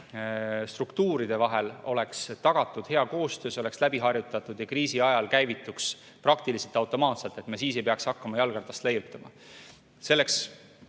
ja struktuuride vahel oleks tagatud hea koostöö, et see oleks läbi harjutatud ja kriisi ajal käivituks praktiliselt automaatselt ning et me siis ei peaks hakkama jalgratast leiutama. Selleks